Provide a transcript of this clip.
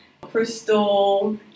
Crystal